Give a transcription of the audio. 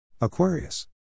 Aquarius